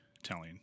telling